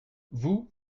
vous